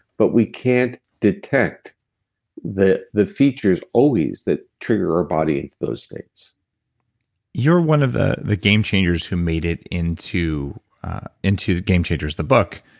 but we can't detect the the features always that trigger our body, and those things you're one of the the game changers who made it into into game changers, the book.